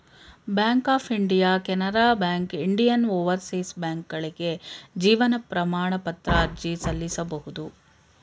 bank of India Canara bank Indian overseas ಬ್ಯಾಂಕ್ಕ್ಗಳಿಗೆ ಜೀವನ ಪ್ರಮಾಣ ಪತ್ರಕ್ಕೆ ಅರ್ಜಿ ಸಲ್ಲಿಸಬಹುದು